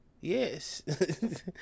yes